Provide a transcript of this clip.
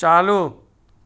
ચાલુ